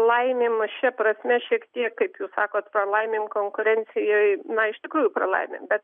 laimim mes šia prasme šiek tiek kaip jūs sakot pralaimim konkurencijoj na iš tikrųjų pralaimim bet